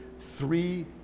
three